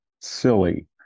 silly